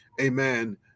Amen